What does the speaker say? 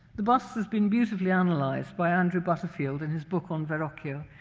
the bust has been beautifully analyzed by andrew butterfield in his book on verrocchio,